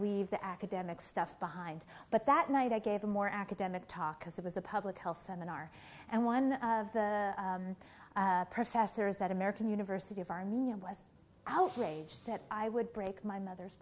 leave the academic stuff behind but that night i gave a more academic talk because it was a public health seminar and one of the professors at american university of armenia was outraged that i would break my mother's